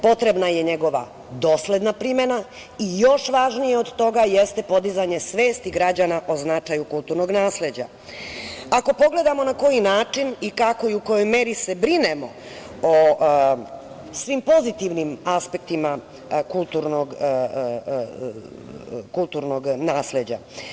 Potrebna je njegova dosledna primena i još važnije toga jeste podizanje svesti građana o značaju kulturnog nasleđa, ako pogledamo na koji način i kako u kojoj meri se brinemo o svim pozitivnim aspektima kulturnog nasleđa.